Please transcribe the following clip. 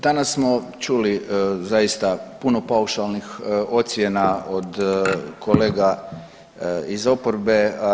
Danas smo čuli zaista puno paušalnih ocjena od kolega iz oporbe.